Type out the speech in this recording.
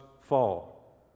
fall